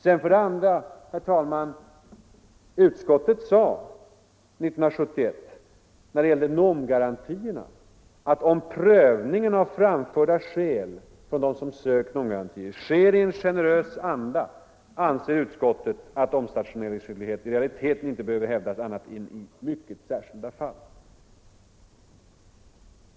Vidare, herr talman, sade utskottet 1971 när det gällde NOM-garantierna att om prövningen av framförda skäl från dem som sökt NOM garantier ”sker i en generös anda anser utskottet att omstationeringsskyldighet i realiteten inte behöver hävdas annat än i mycket speciella fall”.